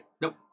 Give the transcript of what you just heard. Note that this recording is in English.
nope